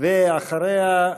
ואחריה,